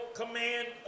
command